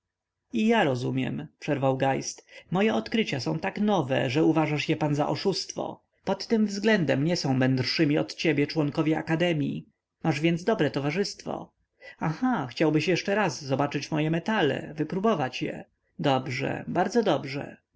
ja rozumiem przerwał geist moje odkrycia są tak nowe że uważasz je pan za oszustwo pod tym względem nie są mędrszymi od ciebie członkowie akademii masz więc dobre towarzystwo aha chciałbyś jeszcze raz zobaczyć moje metale wypróbować je dobrze bardzo dobrze